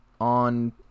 on